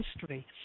history